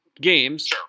games